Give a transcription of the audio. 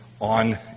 on